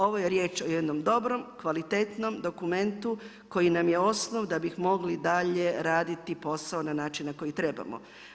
Ovo je riječ o jednom dobrom, kvalitetnom dokumentu koji nam je osnov da bi mogli dalje raditi posao na način na koji trebamo.